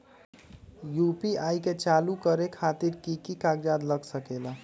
UPI के चालु करे खातीर कि की कागज़ात लग सकेला?